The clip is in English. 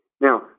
Now